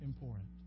important